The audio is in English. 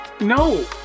No